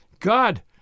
God